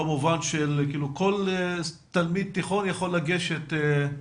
כל תלמיד תיכון יכול לגשת?